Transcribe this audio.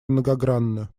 многогранны